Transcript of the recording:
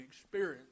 experience